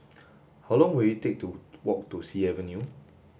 how long will it take to walk to Sea Avenue